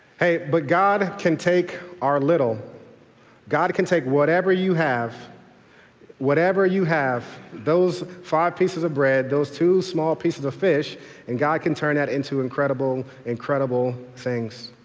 but god can take our little god can take whatever you have whatever you have, those five pieces of bread, those two small pieces of fish and god can turn that into incredible, incredible things.